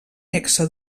nexe